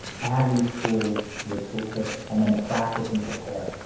add these tools to your toolkit and then practice and prepare.